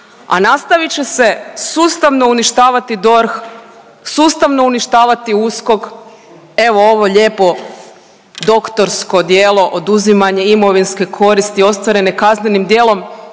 a nastavit će se sustavno uništavati DORH, sustavno uništavati USKOK. Evo ovo lijepo doktorsko djelo oduzimanja imovinske koristi ostvarene kaznenim djelom.